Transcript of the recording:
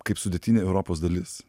kaip sudėtinė europos dalis